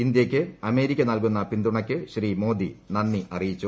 ഇന്ത്യയ്ക്ക് അമേരിക്ക നൽകുന്ന പിന്തുണയ്ക്ക് ശ്രീ മോദി നന്ദി അറിയിച്ചു